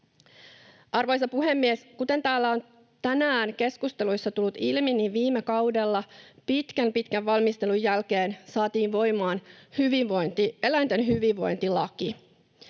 Arvoisa puhemies! Kuten täällä on tänään keskusteluissa tullut ilmi, viime kaudella pitkän pitkän valmistelun jälkeen saatiin voimaan eläinten hyvinvointilaki.